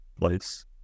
place